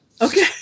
Okay